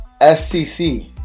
SCC